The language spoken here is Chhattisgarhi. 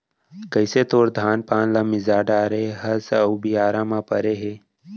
कइसे तोर धान पान ल मिंजा डारे हस अउ बियारा म परे हे